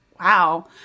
wow